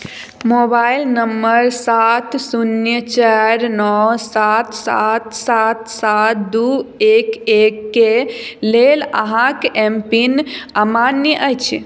mobile number सात शून्य चारि नओ सात सात सात सात दू एक एक के लेल अहाँक एम पिन अमान्य अछि